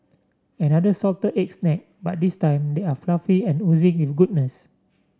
another salted egg snack but this time they are fluffy and oozing with goodness